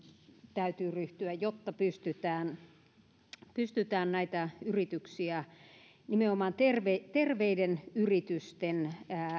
täytyy ryhtyä jotta pystytään auttamaan näitä yrityksiä nimenomaan edistämään terveiden yritysten